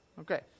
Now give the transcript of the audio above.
Okay